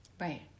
Right